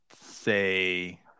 say –